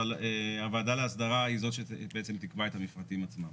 אבל הוועדה להסדרה היא זו שבעצם תקבע את המפרטים עצמם.